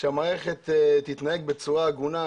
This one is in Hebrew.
כשהמערכת תתנהג בצורה הגונה,